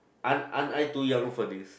aren't aren't I too young for this